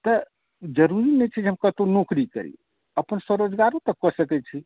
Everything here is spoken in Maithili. तऽ जरूरी नहि छै जे हम कतहुँ नौकरी करि अपन स्वरोजगारो तऽ कऽ सकैत छी